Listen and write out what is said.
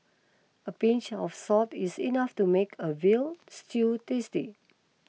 a pinch of salt is enough to make a Veal Stew tasty